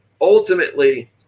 ultimately